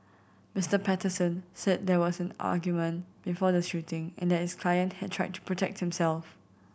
Mister Patterson said there was an argument before the shooting and that his client had tried to protect himself